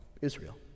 Israel